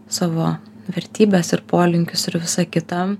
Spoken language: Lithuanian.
savo vertybes ir polinkius ir visą kitą